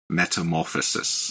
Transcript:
metamorphosis